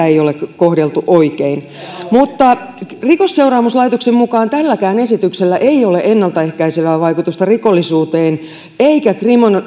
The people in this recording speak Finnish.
ei ole kohdeltu oikein rikosseuraamuslaitoksen mukaan tälläkään esityksellä ei ole ennaltaehkäisevää vaikutusta rikollisuuteen eikä se